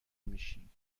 نمیشیم